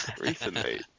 recently